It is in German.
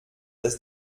das